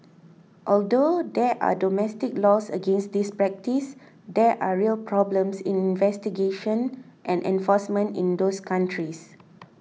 although there are domestic laws against this practice there are real problems in investigation and enforcement in those countries